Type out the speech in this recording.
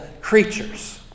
creatures